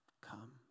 Come